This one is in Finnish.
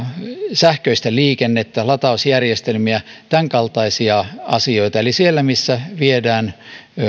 sähköistä liikennettä latausjärjestelmiä ja tämänkaltaisia asioita eli siellä missä viedään